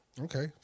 Okay